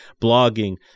blogging